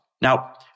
Now